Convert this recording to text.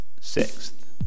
Sixth